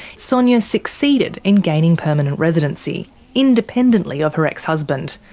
sonia succeeded in gaining permanent residency independently of her ex-husband,